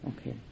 Okay